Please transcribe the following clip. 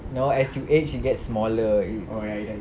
no as you age it gets smaller it's